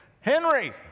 Henry